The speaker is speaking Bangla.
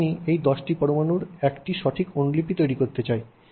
যদি আমি এই 10 টি পরমাণুর একটি সঠিক অনুলিপি তৈরি করতে চাই